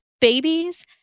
babies